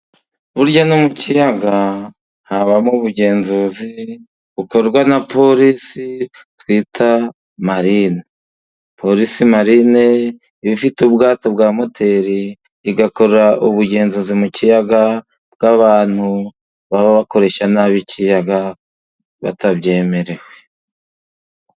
Burya no mu kiyaga habamo ubugenzuzi bukorwa na porisi twita marine. Porisi marine iba ifite ubwato bwa moteri, igakora ubugenzuzi mu kiyaga, bw'abantu baba bakoresha nabi ikiyaga batabyemerewe.